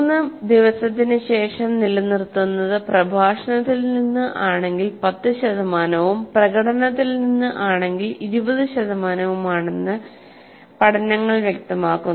3 ദിവസത്തിനുശേഷം നിലനിർത്തുന്നത് പ്രഭാഷണത്തിൽ നിന്ന് ആണെങ്കിൽ 10 ശതമാനവും പ്രകടനത്തിൽ നിന്ന് ആണെങ്കിൽ 20 ശതമാനവുമാണെന്ന് പഠനങ്ങൾ വ്യക്തമാക്കുന്നു